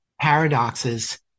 paradoxes